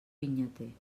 vinyater